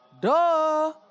Duh